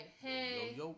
hey